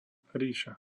ríša